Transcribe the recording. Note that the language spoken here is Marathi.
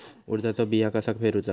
उडदाचा बिया कसा पेरूचा?